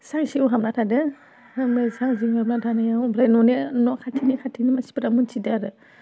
सां सिङाव हाबना थादों ओमफाय सां सिङाव हाबना थानायाव ओमफ्राय न'निया न' खाथिनिया खाथिनि मानसिफ्रा मिथिदों आरो